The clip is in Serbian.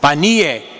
Pa, nije.